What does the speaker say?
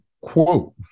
quote